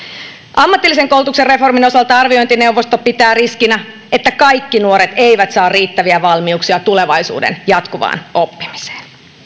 ammatillisen koulutuksen reformin osalta arviointineuvosto pitää riskinä että kaikki nuoret eivät saa riittäviä valmiuksia tulevaisuuden jatkuvaan oppimiseen